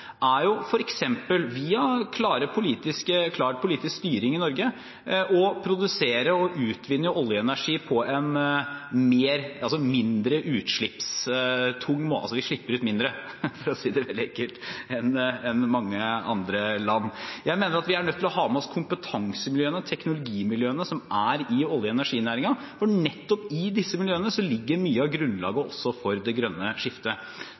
via klar politisk styring i Norge og å produsere og utvinne olje og energi slik at vi slipper ut mindre enn mange andre land, for å si det veldig enkelt. Jeg mener at vi er nødt til å ha med oss kompetansemiljøene, teknologimiljøene, som er i olje- og energinæringen, for nettopp i disse miljøene ligger mye av grunnlaget for det grønne skiftet.